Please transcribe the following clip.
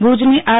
ભુજની આર